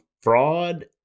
fraud